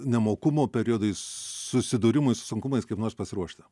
nemokumo periodui susidūrimui su sunkumais kaip nors pasiruošti